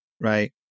right